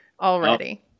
already